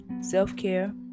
self-care